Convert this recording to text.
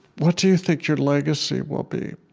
what do you think your legacy will be?